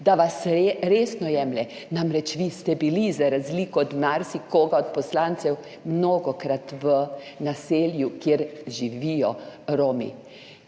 da vas resno jemlje. Namreč, vi ste bili za razliko od marsikoga od poslancev mnogokrat v naselju, kjer živijo Romi.